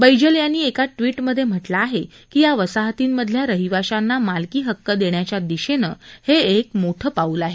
बैजल यांनी एका ट्विटमध्ये म्हटलं आहे की या वसाहतीं मधल्या रहिवाशांना मालकी हक्क देण्याच्या दिशेनं हे एक मोठं पाऊल आहे